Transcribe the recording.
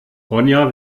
ronja